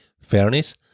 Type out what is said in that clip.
fairness